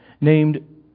named